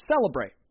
celebrate